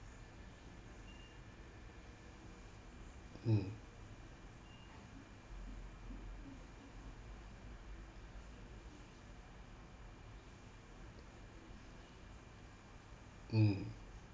mm mm